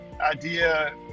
idea